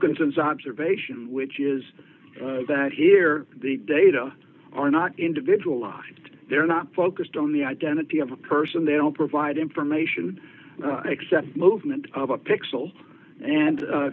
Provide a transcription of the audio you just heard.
concerns observation which is that here the data are not individualized they're not focused on the identity of a person they don't provide information except movement of a pixel and